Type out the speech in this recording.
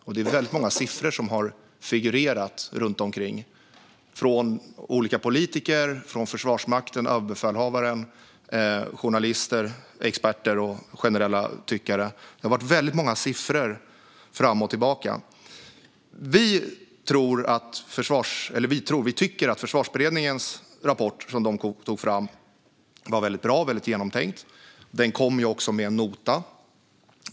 Det har varit väldigt många siffror fram och tillbaka från olika politiker, Försvarsmakten, överbefälhavaren, journalister, experter och generella tyckare. Vi tycker att rapporten som Försvarsberedningen tog fram var väldigt bra och genomtänkt. Den kom också med en nota.